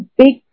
big